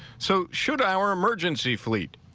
so should our. emergency fleet.